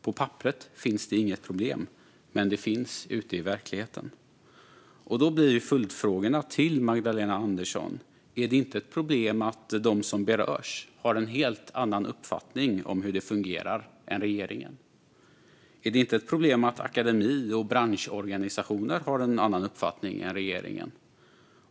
På papperet finns det inget problem, men det finns det ute i verkligheten. Därför blir följdfrågorna till Magdalena Andersson: Är det inte ett problem att de som berörs har en helt annan uppfattning än regeringen om hur detta fungerar? Är det inte ett problem att akademi och branschorganisationer har en annan uppfattning än regeringen?